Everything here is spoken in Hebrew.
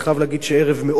ערב מאוד עגום,